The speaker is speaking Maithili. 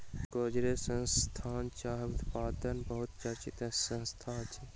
गोदरेज संस्थान चाह उत्पादनक बहुत चर्चित संस्थान अछि